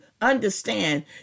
understand